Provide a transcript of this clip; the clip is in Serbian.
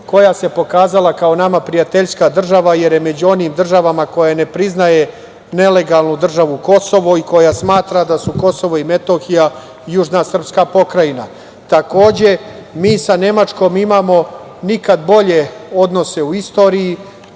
koja se pokazala kao nama prijateljska država, jer je među onim državama koje ne priznaje nelegalnu državu Kosova i koja smatra da su Kosovo i Metohija južna srpska pokrajina. Takođe, mi sa Nemačkom imamo nikada bolje odnose u istoriji,